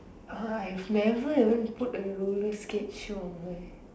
oh I've never even put a roller skate show on my